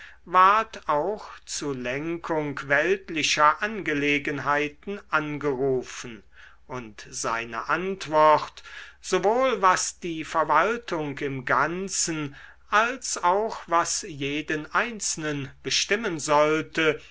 ward auch zu lenkung weltlicher angelegenheiten angerufen und seine antwort sowohl was die verwaltung im ganzen als auch was jeden einzelnen bestimmen sollte